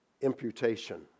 imputation